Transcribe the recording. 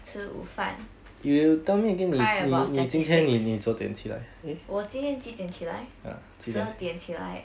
吃午饭 cry about statistics 我今天几点起来十二点起来